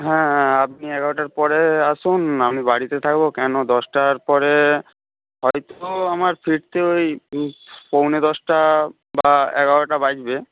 হ্যাঁ আপনি এগারোটার পরে আসুন আমি বাড়িতে থাকব কেন দশটার পরে হয়তো আমার ফিরতে ওই পৌনে দশটা বা এগারোটা বাজবে